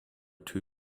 too